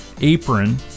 apron